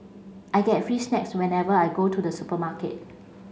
I get free snacks whenever I go to the supermarket